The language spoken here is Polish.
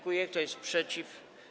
Kto jest przeciw?